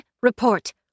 report